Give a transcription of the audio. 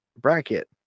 bracket